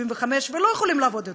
75 ולא יכולים לעבוד יותר,